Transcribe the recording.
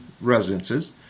residences